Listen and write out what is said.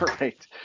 right